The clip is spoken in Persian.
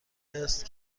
است